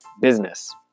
business